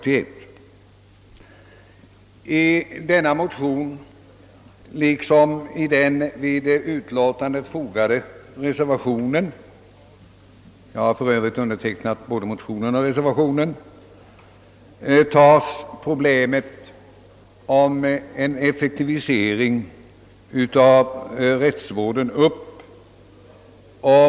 I denna motion liksom i den vid utlåtandet fogade reservationen — jag har för övrigt undertecknat både motionen och reservationen — tas frågan om en effektivisering av rättsvården upp.